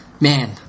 man